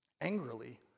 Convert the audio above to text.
angrily